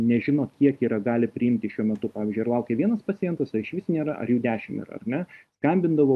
nežino kiek yra gali priimti šiuo metu pavyzdžiui ar laukia vienas pacientas ar išvis nėra ar jų dešim yra ar ne skambindavo